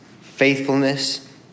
faithfulness